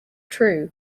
true